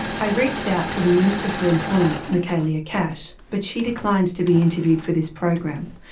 i reached out to the minister for employment, michaelia cash, but she declined to be interviewed for this program.